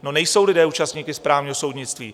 No, nejsou lidé účastníky správního soudnictví.